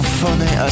funny